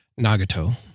Nagato